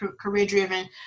career-driven